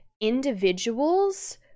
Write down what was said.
individuals